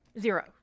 zero